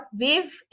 wave